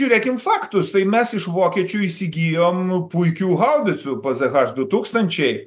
žiūrėkim faktus mes iš vokiečių įsigijom puikių haubicų pzh du tūkstančiai